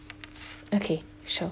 okay sure